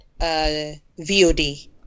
VOD